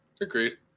Agreed